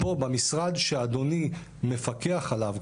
פה במשרד שאדוני מפקח עליו,